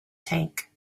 tank